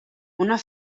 una